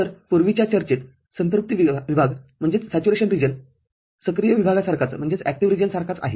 तर पूर्वीच्या चर्चेत संतृप्ति विभाग सक्रिय विभागासारखाच आहे